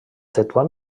tetuan